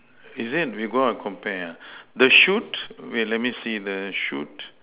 is it we go out compare ah the shoot wait let me see the shoot